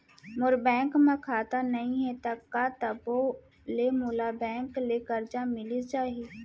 मोर bank म खाता नई हे त का तभो ले मोला बैंक ले करजा मिलिस जाही?